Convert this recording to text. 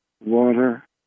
water